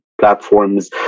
platforms